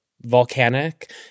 volcanic